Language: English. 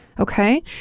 Okay